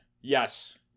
Yes